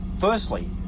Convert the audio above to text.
Firstly